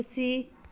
खुसी